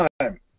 time